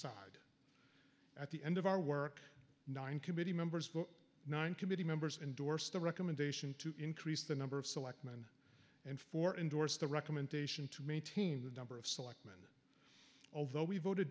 side at the end of our work nine committee members of the nine committee members endorsed the recommendation to increase the number of selectmen and four endorsed the recommendation to maintain the number of selectmen over though we voted